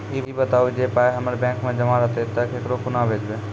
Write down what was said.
ई बताऊ जे पाय हमर बैंक मे जमा रहतै तऽ ककरो कूना भेजबै?